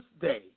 day